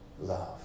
love